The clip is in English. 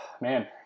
Man